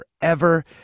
Forever